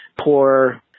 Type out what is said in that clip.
poor